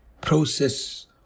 process